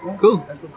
Cool